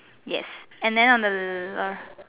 yes and then on the the